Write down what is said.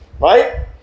Right